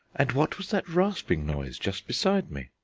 and what was that rasping noise just beside me?